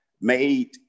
made